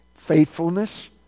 faithfulness